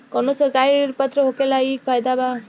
कवनो सरकारी ऋण पत्र होखला के इ फायदा बा